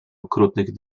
okrutnych